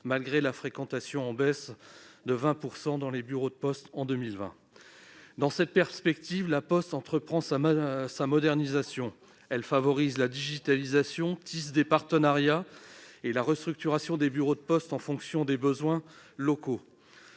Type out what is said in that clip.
malgré la fréquentation en baisse de 20 % des bureaux de poste en 2020. Dans cette perspective, La Poste entreprend sa modernisation : elle favorise la digitalisation, tisse des partenariats et assure la restructuration des bureaux de poste en fonction des besoins locaux.